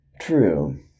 True